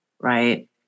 right